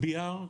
ה-BR,